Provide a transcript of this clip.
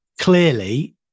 Clearly